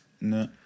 No